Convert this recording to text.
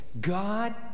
God